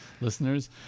listeners